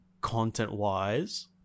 Content-wise